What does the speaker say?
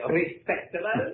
respectable